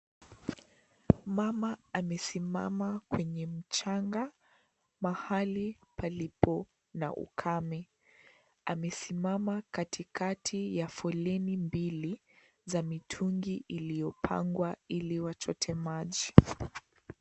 Mama amesimama kwenye mchanga, mahali palipo na ukame. Amesimama katika ya foleni mbili za mitungi iliyopangwa ili wachote maji.